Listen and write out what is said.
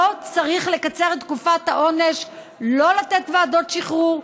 לא צריך לקצר את תקופת העונש ולא לתת ועדות שחרור,